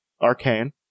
Arcane